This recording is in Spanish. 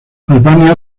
albania